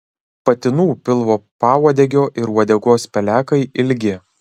patinų pilvo pauodegio ir uodegos pelekai ilgi